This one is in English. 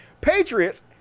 Patriots